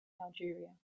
algeria